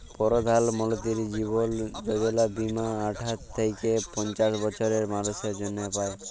পরধাল মলতিরি জীবল যজলা বীমা আঠার থ্যাইকে পঞ্চাশ বসরের মালুসের জ্যনহে পায়